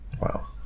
wow